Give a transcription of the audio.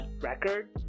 record